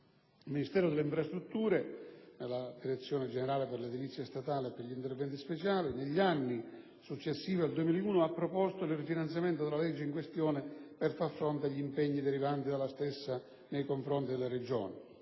IlMinistero delle infrastrutture, nella Direzione generale per l'edilizia statale e per gli interventi speciali, negli anni successivi al 2001 ha proposto il rifinanziamento della legge in questione per fare fronte agli impegni derivanti dalla stessa nei confronti della Regione.